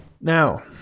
Now